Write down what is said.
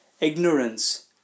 ignorance